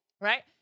right